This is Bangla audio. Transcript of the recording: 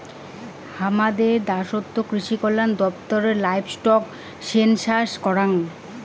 হামাদের দ্যাশোত কৃষিকল্যান দপ্তর লাইভস্টক সেনসাস করাং